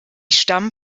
stammen